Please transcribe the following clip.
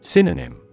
Synonym